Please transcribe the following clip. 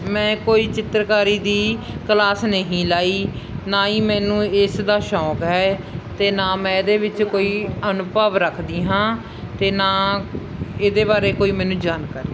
ਮੈਂ ਕੋਈ ਚਿੱਤਰਕਾਰੀ ਦੀ ਕਲਾਸ ਨਹੀਂ ਲਗਾਈ ਨਾ ਹੀ ਮੈਨੂੰ ਇਸ ਦਾ ਸ਼ੌਕ ਹੈ ਅਤੇ ਨਾ ਮੈਂ ਇਹਦੇ ਵਿੱਚ ਕੋਈ ਅਨੁਭਵ ਰੱਖਦੀ ਹਾਂ ਅਤੇ ਨਾ ਇਹਦੇ ਬਾਰੇ ਕੋਈ ਮੈਨੂੰ ਜਾਣਕਾਰੀ ਹੈ